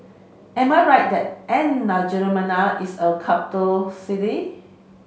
am I right that N'Djamena is a capital city